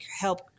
help